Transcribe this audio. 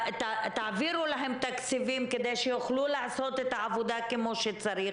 תעבירו להם תקציבים כדי שיוכלו לעשות את העבודה כמו שצריך